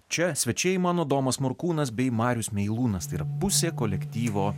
čia svečiai mano domas morkūnas bei marius meilūnas tai yra pusė kolektyvo